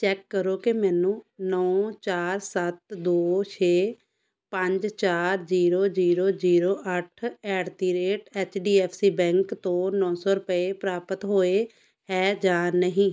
check ਕਰੋ ਕਿ ਮੈਨੂੰ ਨੌ ਚਾਰ ਸੱਤ ਦੋ ਛੇ ਪੰਜ ਚਾਰ ਜੀਰੋ ਜੀਰੋ ਜੀਰੋ ਅੱਠ at the rate H D F C bank ਤੋਂ ਨੌ ਸੌ ਰੁਪਏ ਪ੍ਰਾਪਤ ਹੋਏ ਹੈ ਜਾਂ ਨਹੀਂ